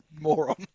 moron